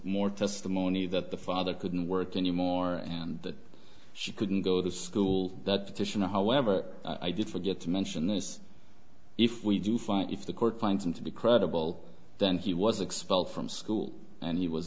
more testimony that the father couldn't work anymore and that she couldn't go to school that petitioner however i did forget to mention this if we do find if the court finds him to be credible then he was expelled from school and he was